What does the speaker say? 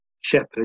shepherd